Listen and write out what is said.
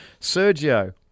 Sergio